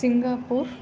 Singapore